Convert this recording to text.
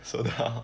说得好